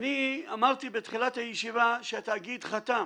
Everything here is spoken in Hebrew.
אני אמרתי בתחילת הישיבה שהתאגיד חתם,